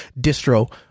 distro